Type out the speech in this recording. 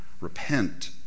Repent